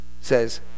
says